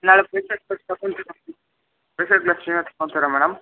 ನಾಳೆ special class ತಗೋಂತಿರ special class ನೀವೇ ತಗೋಂತಿರ ಮೇಡಮ್